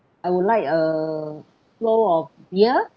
I would like a flow of beer